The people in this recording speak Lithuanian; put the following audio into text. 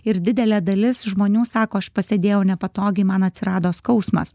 ir didelė dalis žmonių sako aš pasėdėjau nepatogiai man atsirado skausmas